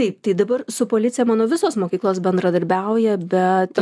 taip tai dabar su policija manau visos mokyklos bendradarbiauja bet